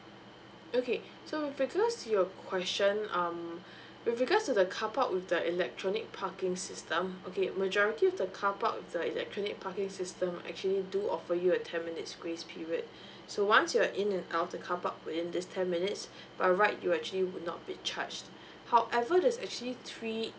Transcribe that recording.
okay so with regards to your question um with regards to the carpark with the electronic parking system okay majority of the carpark the electronic parking system actually do offer you a ten minutes grace period so once you're in and out of the carpark within this ten minutes by right you actually would not be charged however there is actually three